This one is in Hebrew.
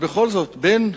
אבל בכל זאת, בין